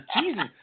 Jesus